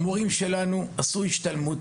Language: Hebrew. המורים שלנו עשו השתלמות.